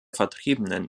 vertriebenen